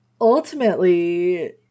ultimately